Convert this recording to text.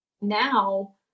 now